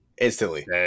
instantly